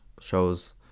shows